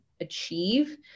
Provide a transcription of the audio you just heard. achieve